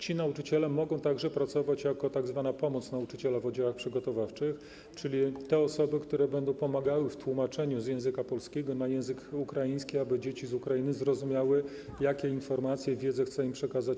Ci nauczyciele mogą także pracować jako tzw. pomoc nauczyciela w oddziałach przygotowawczych, czyli jako te osoby, które będą pomagały w tłumaczeniu z języka polskiego na język ukraiński, aby dzieci z Ukrainy zrozumiały, jakie informacje, jaką wiedzę chce się im przekazać.